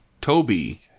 Toby